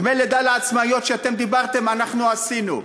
דמי לידה לעצמאיות שאתם דיברתם, אנחנו עשינו.